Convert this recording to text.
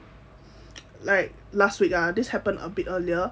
like last week ah this happened a bit earlier